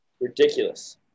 Ridiculous